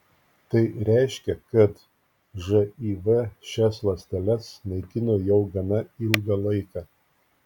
tai reiškia kad živ šias ląsteles naikino jau gana ilgą laiką